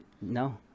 No